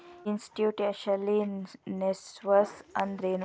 Institutional investors ಅಂದ್ರೇನು?